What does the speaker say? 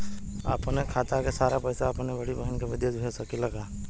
अपने खाते क सारा पैसा अपने बड़ी बहिन के विदेश भेज सकीला का?